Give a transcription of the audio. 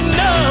no